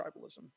tribalism